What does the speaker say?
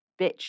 bitch